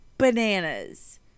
Bananas